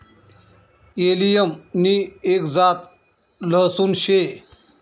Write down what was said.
allium नि एक जात लहसून शे